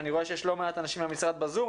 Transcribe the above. אני רואה שיש לא מעט אנשים מהמשרד בזום,